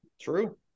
True